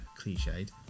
cliched